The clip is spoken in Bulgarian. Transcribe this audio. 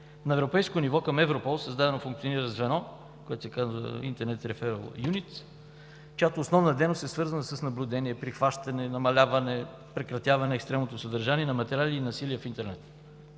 На европейско ниво към Европол е създадено и функционира звено, което се казва „Internet Referral Unit“, чиято основна дейност е свързана с наблюдение, прихващане, намаляване и прекратяване на екстремното съдържание на материали и насилие в интернет.